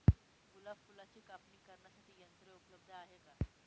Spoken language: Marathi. गुलाब फुलाची कापणी करण्यासाठी यंत्र उपलब्ध आहे का?